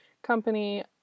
company